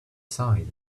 side